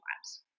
labs